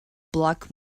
black